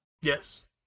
Yes